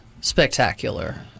spectacular